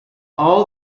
all